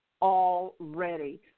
already